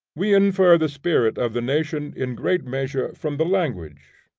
we infer the spirit of the nation in great measure from the language,